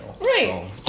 Right